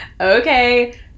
Okay